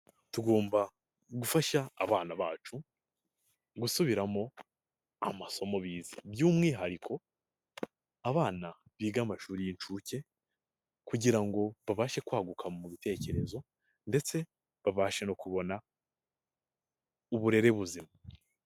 Tugomba gufasha abana bacu gusubiramo amasomo bize by'umwihariko abana biga amashuri y'inshuke kugira ngo babashe kwaguka mu bitekerezo ndetse babashe no kubona uburere buzima.